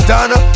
Donna